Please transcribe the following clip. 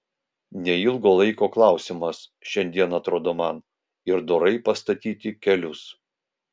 neilgo laiko klausimas šiandien atrodo man ir dorai pastatyti kelius